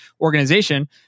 organization